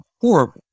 horrible